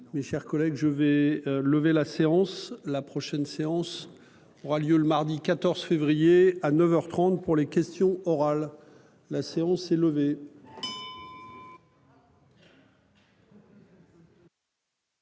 Mes chers collègues, je vais lever la séance. La prochaine séance aura lieu le mardi 14 février à 9h 30 pour les questions orales. La séance est levée.